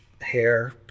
Hair